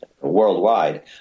worldwide